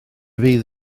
fydd